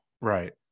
Right